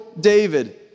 David